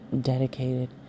dedicated